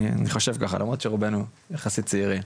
כך אני חושב וזה למרות שרובינו יחסית צעירים.